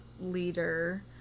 leader